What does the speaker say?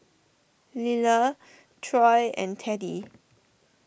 Liller Troy and Teddie